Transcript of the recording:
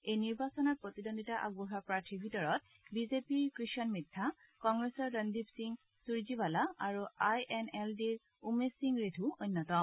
এই নিৰ্বাচনত প্ৰতিদ্বদ্বিতা আগবঢ়োৱা প্ৰাৰ্থীৰ ভিতৰত বিজেপিৰ কৃষণ মিধ্ধা কংগ্ৰেছৰ ৰনদ্বীপ সিং সুৰজিৱালা আৰু আই এন এল ডিৰ উমেশ সিং ৰেধ অন্যতম